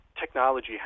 technology